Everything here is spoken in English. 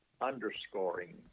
underscoring